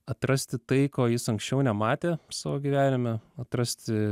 atrasti tai ko jis anksčiau nematė savo gyvenime atrasti